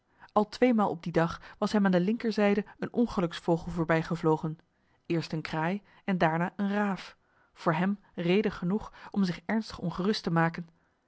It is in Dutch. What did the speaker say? al tweemaal op dien dag was hem aan de linkerzijde een ongeluksvogel voorbij gevlogen eerst eene kraai en daarna eene raaf voor hem reden genoeg om zich ernstig ongerust te maken